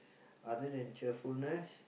other than cheerfulness